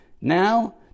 now